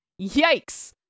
Yikes